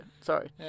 sorry